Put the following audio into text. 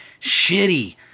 shitty